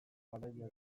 garaia